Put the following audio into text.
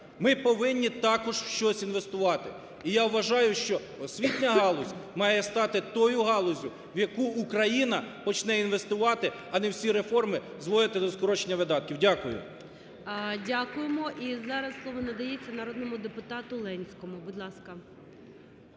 ми повинні також в щось інвестувати. І я вважаю, що освітня галузь має стати тою галуззю в яку Україна почне інвестувати, а не всі реформи зводити до скорочення видатків. Дякую. ГОЛОВУЮЧИЙ. Дякуємо. І зараз слово надається народному депутата Ленському, будь ласка.